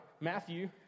Matthew